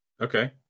Okay